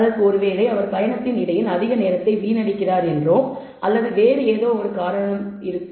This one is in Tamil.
அதற்கு ஒருவேளை அவர் பயணத்தின் இடையில் அதிக நேரத்தை வீணடிக்கிறார் என்றோ அல்லது வேறு ஏதோ ஒரு காரணம் இருக்கும்